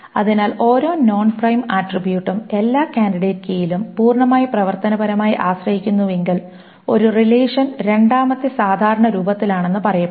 അതിനാൽ ഓരോ non prime ആട്രിബ്യൂട്ടും എല്ലാ കാൻഡിഡേറ്റ് കീയിലും പൂർണ്ണമായി പ്രവർത്തനപരമായി ആശ്രയിക്കുന്നുവെങ്കിൽ ഒരു റിലേഷൻ രണ്ടാമത്തെ സാധാരണ രൂപത്തിലാണെന്ന് പറയപ്പെടുന്നു